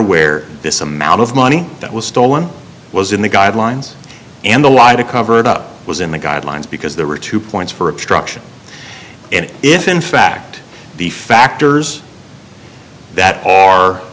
where this amount of money that was stolen was in the guidelines and the law to cover it up was in the guidelines because there were two points for obstruction and if in fact the factors that are